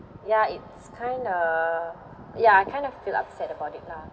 ya it's kinda ya I kinda feel upset about it lah